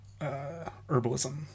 herbalism